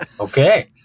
okay